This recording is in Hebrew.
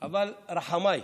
אבל רחמיי,